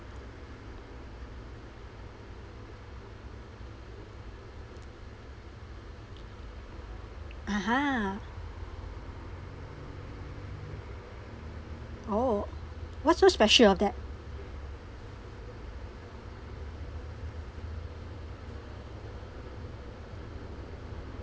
ah !huh! oh what's so special of that